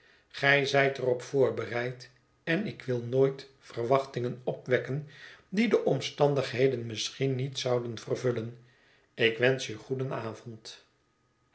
gij zijt er op voorbereid en ik wil nooit verwachtingen opwekken die de omstandigheden misschien niet zouden vervullen ik wensch u